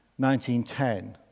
1910